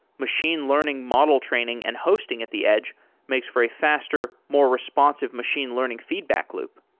machine learning model training and hosting at the edge makes for a faster, more responsive machine learning feedback loop.